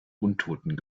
untoten